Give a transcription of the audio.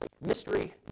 mystery